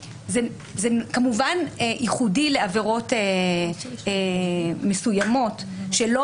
כמובן זה ייחודי לעבירות מסוימות שלא